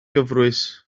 gyfrwys